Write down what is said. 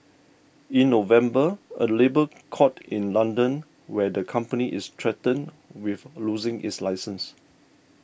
in November a labour court in London where the company is threatened with losing its license